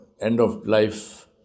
end-of-life